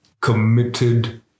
committed